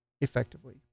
effectively